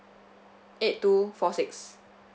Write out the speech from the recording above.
eight two four six